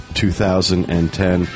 2010